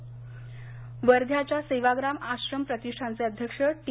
वर्धा वर्ध्याच्या सेवाग्राम आश्रम प्रतिष्ठानचे अध्यक्ष टि